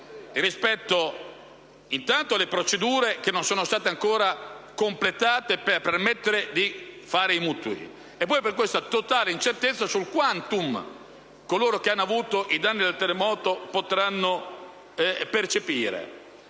rispetto alle procedure che non sono state ancora completate per permettere di accedere ai mutui, sia per questa totale incertezza sul *quantum* che coloro che hanno subito danni dal terremoto potranno percepire.